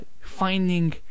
finding